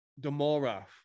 Demora